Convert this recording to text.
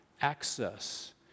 access